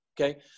Okay